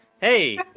Hey